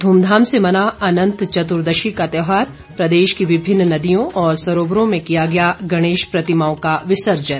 ध्मधाम से मना अनंत चुतर्दशी का त्यौहार प्रदेश की विभिन्न नदियों और सरोवरों में किया गया गणेश प्रतिमाओं का विसर्जन